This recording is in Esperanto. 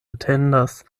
atendas